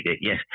Yes